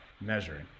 measuring